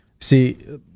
See